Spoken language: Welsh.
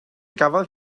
gafodd